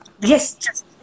Yes